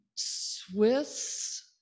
Swiss